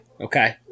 Okay